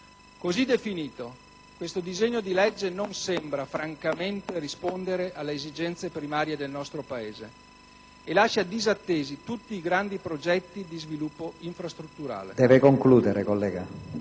Così definito, questo disegno di legge non sembra francamente rispondere alle esigenze primarie del nostro Paese e lascia disattesi tutti i grandi di progetti di sviluppo infrastrutturale.